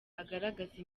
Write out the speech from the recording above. agaragaza